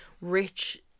rich